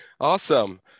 Awesome